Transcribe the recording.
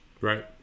right